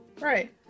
Right